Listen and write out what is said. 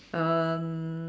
um